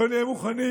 לא נהיה מוכנים,